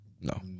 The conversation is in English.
No